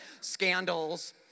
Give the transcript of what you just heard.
Scandals